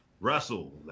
Russell